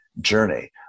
journey